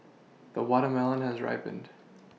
the watermelon has ripened